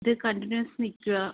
ഇത് കണ്ടിന്യൂസ് നിൽക്കുവാണ്